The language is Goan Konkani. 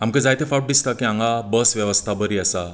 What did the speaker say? आमकां जायतें फावट दिसतां की हांगा बस वेवस्था बरी आसा